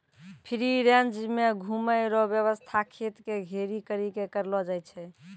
free range मे घुमै रो वेवस्था खेत के घेरी करी के करलो जाय छै